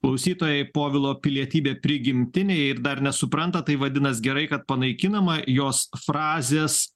klausytojai povilo pilietybė prigimtinė jei dar nesupranta tai vadinas gerai kad panaikinama jos frazės